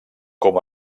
com